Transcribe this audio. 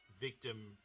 victim